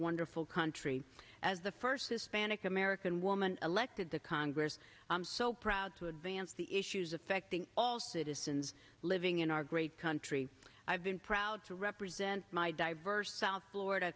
wonderful country as the first hispanic american woman elected to congress i'm so proud to advance the issues affecting all citizens living in our great country i've been proud to represent my diverse south florida